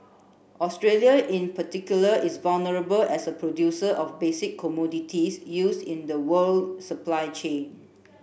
Australia in particular is vulnerable as a producer of basic commodities used in the world supply chain